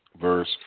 verse